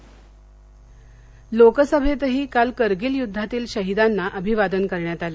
लोकसभा लोकसभेतही काल करगिल युद्धातील शहिदांना अभिवादन करण्यात आलं